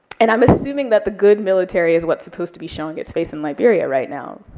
and i'm assuming that the good military is what's supposed to be showing its face in liberia right now,